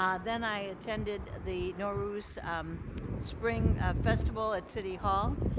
um then i attended the norse spring festival at city hall,